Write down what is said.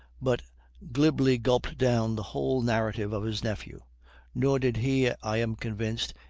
but glibly gulped down the whole narrative of his nephew nor did he, i am convinced,